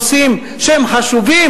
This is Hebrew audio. לנושאים שהם חשובים?